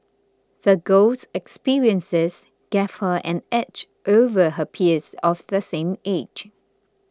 the girl's experiences gave her an edge over her peers of the same age